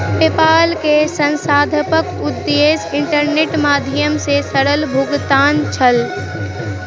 PayPal के संस्थापकक उद्देश्य इंटरनेटक माध्यम सॅ सरल भुगतान छल